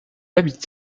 habitent